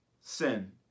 sin